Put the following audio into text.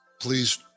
please